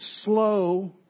slow